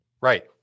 right